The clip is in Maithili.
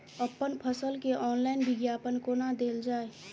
अप्पन फसल केँ ऑनलाइन विज्ञापन कोना देल जाए?